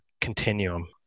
continuum